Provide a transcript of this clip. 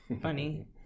funny